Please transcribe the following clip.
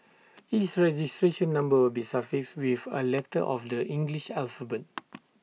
each registration number will be suffixed with A letter of the English alphabet